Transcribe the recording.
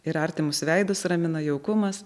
ir artimus veidus ramina jaukumas